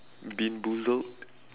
beanboozled